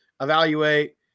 evaluate